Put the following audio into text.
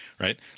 right